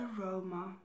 aroma